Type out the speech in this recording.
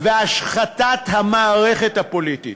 והשחתת המערכת הפוליטית.